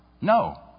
No